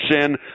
sin